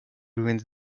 ruins